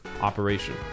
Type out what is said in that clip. operation